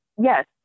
yes